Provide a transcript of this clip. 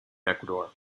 ecuador